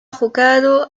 jugado